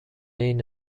این